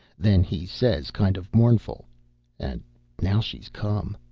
then he says, kind of mournful and now she's come!